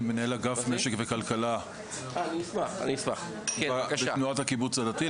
מנהל אגף משק וכלכלה בתנועת הקיבוץ הדתי.